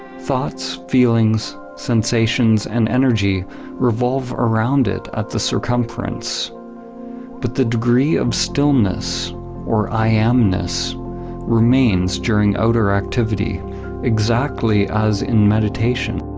thoughts, feelings, sensations and energy revolve around it at the circumference but the degree of stillness or i-am-ness remains during outer activity exactly as in meditation.